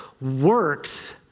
works